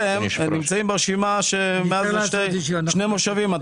אתם עם הרשימה מאז שני מושבים.